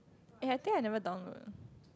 eh I think I never download